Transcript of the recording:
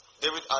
David